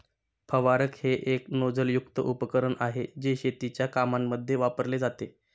फवारक हे एक नोझल युक्त उपकरण आहे, जे शेतीच्या कामांमध्ये वापरले जाते